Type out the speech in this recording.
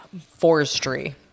forestry